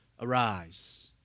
Arise